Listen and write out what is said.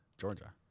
Georgia